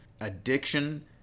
addiction